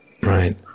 Right